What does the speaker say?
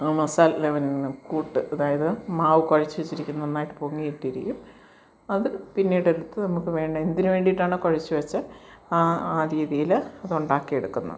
മസാല പിന്നെ കൂട്ട് അതായത് മാവു കുഴച്ചു വെച്ചിരിക്കുന്നതു നന്നായിട്ടു പൊങ്ങിയിട്ടിരിക്കും അതു പിന്നീടെടുത്തു നമുക്കു വേണ്ടേ എന്തിനു വേണ്ടിയിട്ടാണ് കുഴച്ചു വെച്ചേ ആ ആ രീതിയിൽ അതുണ്ടാക്കി എടുക്കുന്നു